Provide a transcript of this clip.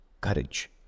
courage